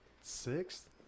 sixth